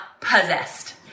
possessed